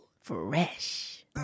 Fresh